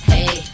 Hey